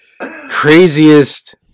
craziest